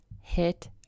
hit